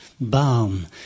balm